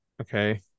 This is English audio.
Okay